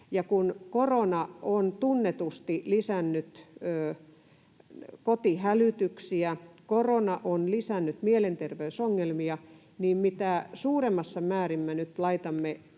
kun korona on tunnetusti lisännyt kotihälytyksiä ja lisännyt mielenterveysongelmia, niin mitä suuremmassa määrin me nyt laitamme